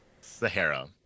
Sahara